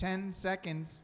ten seconds